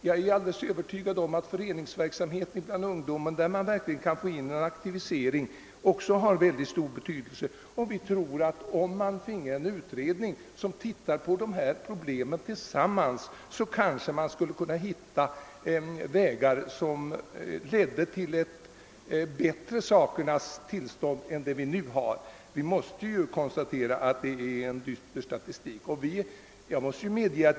Jag är övertygad om att aktivisering av ungdomen genom föreningsverksamhet eller på annat sätt också är av stor vikt. En utredning som såg över alla problemen kanske kunde finna vägar som ledde till ett bättre sakernas tillstånd än det vi nu har. Vi måste konståtera att statistiken är dyster.